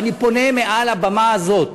אני פונה מעל הבמה הזאת,